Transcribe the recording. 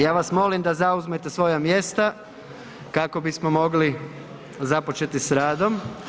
Ja vas molim da zauzmete svoja mjesta kako bismo mogli započeti s radom.